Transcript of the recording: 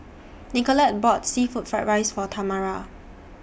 Nicolette bought Seafood Fried Rice For Tamara